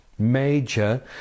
major